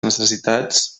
necessitats